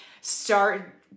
Start